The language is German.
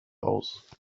aus